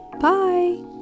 Bye